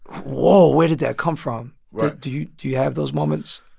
whoa, where did that come from? right do you do you have those moments?